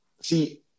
See